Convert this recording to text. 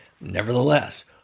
Nevertheless